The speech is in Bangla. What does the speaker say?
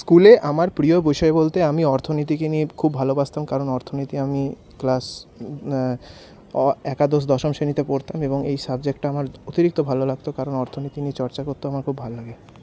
স্কুলে আমার প্রিয় বিষয় বলতে আমি অর্থনীতিকে নিয়ে খুব ভালোবাসতাম কারণ অর্থনীতি আমি ক্লাস একাদশ দশম শ্রেণীতে পড়তাম এবং এই সাবজেক্টটা আমার অতিরিক্ত ভালো লাগতো কারণ অর্থনীতি নিয়ে চর্চা করতে আমার খুব ভাল লাগে